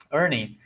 earning